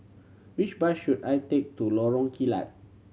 which bus should I take to Lorong Kilat